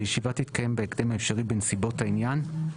הישיבה תתקיים בהקדם האפשרי לנסיבות העניין.